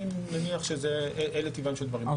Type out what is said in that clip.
אני מניח שאלו טיבם של דברים.